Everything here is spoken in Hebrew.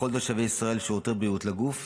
לכל תושבי ישראל שירותי בריאות לגוף,